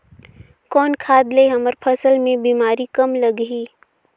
कौन खाद ले हमर फसल मे बीमारी कम लगही?